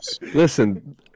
listen